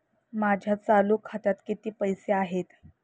माझ्या चालू खात्यात किती पैसे आहेत?